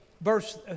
verse